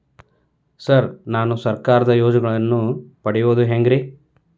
Sir ನಾನು ಸರ್ಕಾರ ಯೋಜೆನೆಗಳನ್ನು ಪಡೆಯುವುದು ಹೆಂಗ್ರಿ?